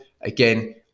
again